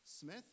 Smith